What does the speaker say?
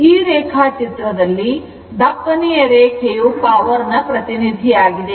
ಈ ರೇಖಾಚಿತ್ರದಲ್ಲಿ ದಪ್ಪನೆಯ ರೇಖೆಯು ಪವರ್ ಪ್ರತಿನಿಧಿಯಾಗಿದೆ